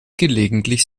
gelegentlich